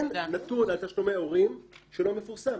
אין נתון על תשלומי הורים שלא מפורסם.